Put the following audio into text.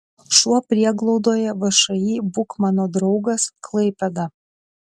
šuo prieglaudoje všį būk mano draugas klaipėda